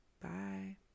Bye